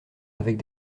avec